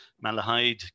Malahide